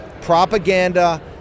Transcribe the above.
propaganda